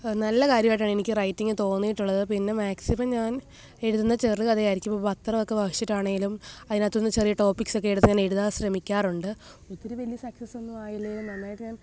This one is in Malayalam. നല്ല കാര്യവായിട്ടാണെനിക്ക് റൈറ്റിംഗ് തോന്നിയിട്ടുള്ളത് പിന്നെ മാക്സിമം ഞാന് എഴുതുന്നത് ചെറുകഥ ആയിരിക്കും പത്രം ഒക്കെ വായിച്ചിട്ടാണേലും അതിന് അകത്ത് നിന്ന് ചെറിയ ടോപിക്സ് ഒക്കെ എടുത്ത് ഞാനെഴുതാന് ശ്രമിക്കാറുണ്ട് ഒത്തിരി വലിയ സക്സസ്സ് ഒന്നും ആയില്ലെങ്കിലും നന്നായിട്ട് ഞാന്